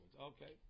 okay